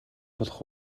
болох